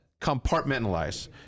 compartmentalize